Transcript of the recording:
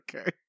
Okay